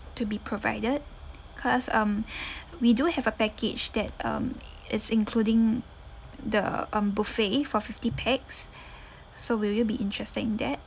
to be provided cause um we do have a package that um it's including the um buffet for fifty pax so will you be interested in that